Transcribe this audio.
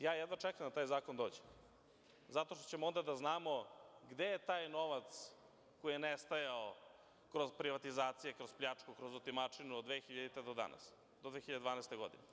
Jedva čekam da taj zakon dođe zato što ćemo onda da znamo gde je taj novac koji je nestajao kroz privatizacije, kroz pljačku, kroz otimačinu od 2000. godine do danas, do 2012. godine.